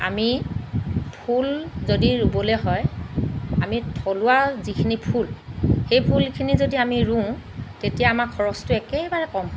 আমি ফুল যদি ৰুবলৈ হয় আমি থলুৱা যিখিনি ফুল সেই ফুলখিনি যদি আমি ৰুওঁ তেতিয়া আমাৰ খৰচটো একেবাৰে কম হয়